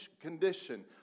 condition